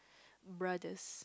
brothers